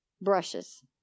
brushes